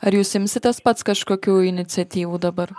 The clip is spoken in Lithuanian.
ar jūs imsitės pats kažkokių iniciatyvų dabar